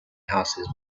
houses